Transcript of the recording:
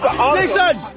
Listen